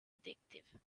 addictive